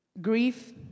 grief